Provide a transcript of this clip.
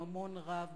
ממון רב,